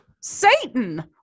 Satan